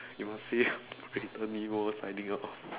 you must say operator nemo signing out